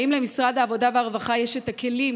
האם למשרד העבודה והרווחה יש את הכלים